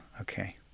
okay